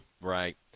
Right